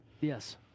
Yes